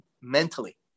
mentally